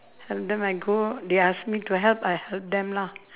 sometime I go they ask me help I help them lah